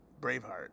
Braveheart